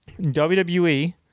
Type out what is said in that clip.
WWE